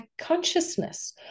consciousness